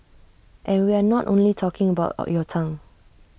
and we are not only talking about your tongue